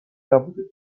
نبوده